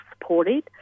supported